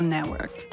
Network